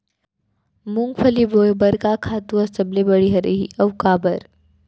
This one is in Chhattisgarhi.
मूंगफली बोए बर का खातू ह सबले बढ़िया रही, अऊ काबर?